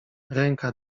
ręka